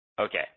okay